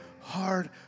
hard